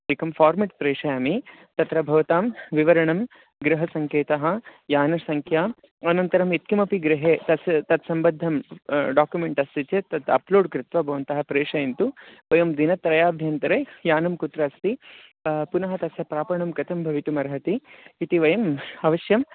एकं फ़ार्मेट् प्रेषयामि तत्र भवतां विवरणं गृहसङ्केतः यानसङ्ख्या अनन्तरं यत्किमपि गृहे तस्य तत्म्बद्धं डाक्युमेण्ट् अस्ति चेत् तत् अप्लोड् कृत्वा भवन्तः प्रेषयन्तु वयं दिनत्रयाभ्यन्तरे यानं कुत्र अस्ति पुनः तस्य प्रापणं कथं भवितुमर्हति इति वयम् अवश्यं